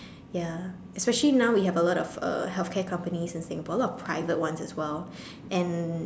ya especially now we have a lot of healthcare companies in Singapore a lot of private ones as well and